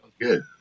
Good